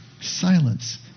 silence